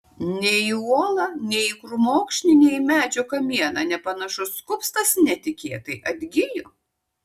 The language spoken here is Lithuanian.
nei į uolą nei į krūmokšnį nei į medžio kamieną nepanašus kupstas netikėtai atgijo